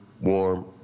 warm